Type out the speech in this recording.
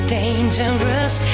dangerous